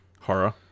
Horror